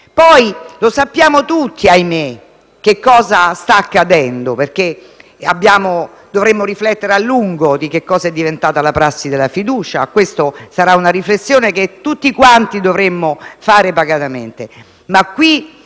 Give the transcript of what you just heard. Lo sappiamo tutti - ahimè - che cosa sta accedendo; dovremmo riflettere a lungo rispetto a cosa è diventata la prassi della fiducia, ma questa sarà una riflessione che tutti quanti dovremo fare pacatamente.